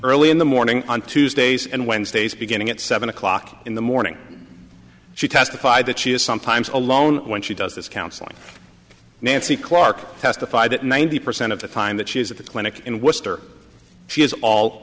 early in the morning on tuesdays and wednesdays beginning at seven o'clock in the morning she testified that she is sometimes alone when she does this counseling nancy clarke testified that ninety percent of the time that she is at the clinic in worcester she is all